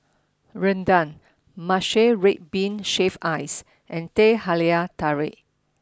Rendang Matcha Red Bean Shaved Ice and Teh Halia Tarik